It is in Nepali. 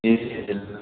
ए ल ल